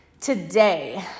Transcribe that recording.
today